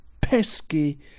pesky